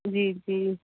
जी जी